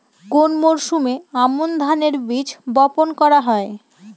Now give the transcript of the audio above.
কোন মরশুমে আমন ধানের বীজ বপন করা হয়?